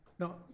No